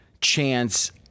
chance